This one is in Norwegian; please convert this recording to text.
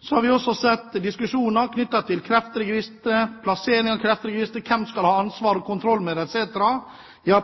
Så har vi også sett diskusjoner knyttet til Kreftregisteret, plasseringen av Kreftregisteret, hvem som skal ha ansvar for og kontroll med dette, etc. Ja,